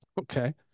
Okay